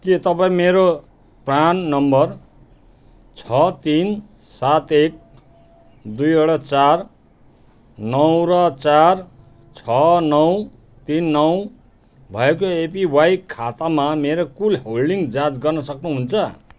के तपाईँँ मेरो प्रान नम्बर छ तिन सात एक दुईवटा चार नौ र चार छ नौ तिन नौ भएको एपिवाई खातामा मेरो कुल होल्डिङ जाँच गर्न सक्नुहुन्छ